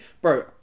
bro